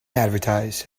advertise